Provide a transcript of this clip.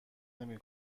نمی